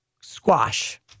squash